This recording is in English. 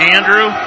Andrew